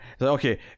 okay